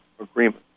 Agreement